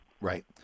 Right